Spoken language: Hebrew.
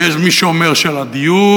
ויש מי שאומר שבדיור,